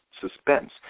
suspense